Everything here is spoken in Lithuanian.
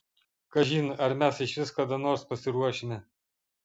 kažin ar mes išvis kada nors pasiruošime